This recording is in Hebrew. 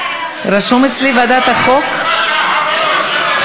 רשום אצלי ועדת החוקה, תחזור על המשפט האחרון.